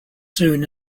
soon